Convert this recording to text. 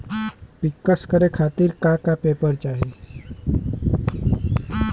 पिक्कस करे खातिर का का पेपर चाही?